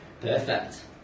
Perfect